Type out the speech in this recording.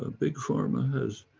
big pharma has,